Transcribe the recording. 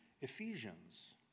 Ephesians